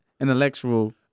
intellectual